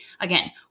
again